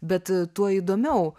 bet tuo įdomiau